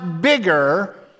bigger